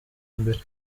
imbere